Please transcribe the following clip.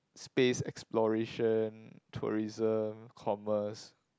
space exploration tourism commerce